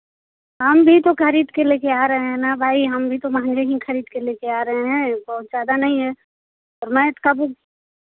हम भी तो खरीद के लेकर आ रहे हैं ना भाई हम भी तो महँगे ही खरीद के लेकर आ रहे हैं बहुत ज़्यादा नहीं है और मैथ का बुक